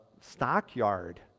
stockyard